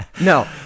No